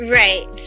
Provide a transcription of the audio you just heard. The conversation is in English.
right